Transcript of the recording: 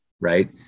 right